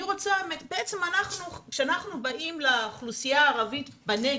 בעצם כשאנחנו באים לאוכלוסייה הערבית בנגב,